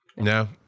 No